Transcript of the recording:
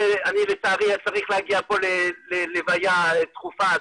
לצערי אני צריך להגיע פה ללוויה דחופה,